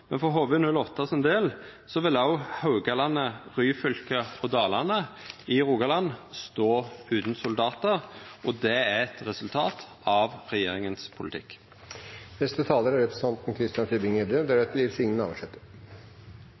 Men for HV-08 sin del vil også Haugalandet, Ryfylke og Dalane i Rogaland stå utan soldatar, og det er eit resultat av politikken til regjeringa. Jeg kunne ikke la representanten Navarsete løpe fra sin historie, og jeg er